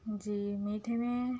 جی میٹھے میں